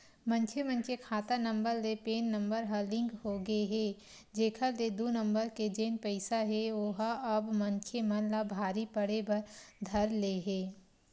मनखे मन के खाता नंबर ले पेन नंबर ह लिंक होगे हे जेखर ले दू नंबर के जेन पइसा हे ओहा अब मनखे मन ला भारी पड़े बर धर ले हे